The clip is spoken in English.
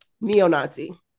neo-Nazi